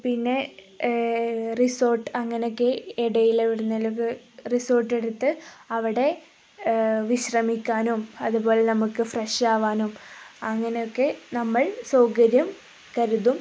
പിന്നെ റിസോർട്ട് അങ്ങനെയൊക്കെ ഇടയിലെവിടുന്നേലൊക്കെ റിസോർട്ടെടുത്ത് അവിടെ വിശ്രമിക്കാനും അതുപോലെ നമുക്ക് ഫ്രഷ് ആവാനും അങ്ങനെയൊക്കെ നമ്മൾ സൗകര്യം കരുതും